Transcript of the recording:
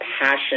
passion